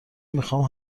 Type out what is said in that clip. میخواهم